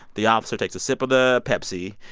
the officer takes a sip of the pepsi.